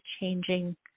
changing